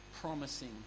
promising